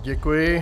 Děkuji.